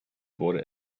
wurde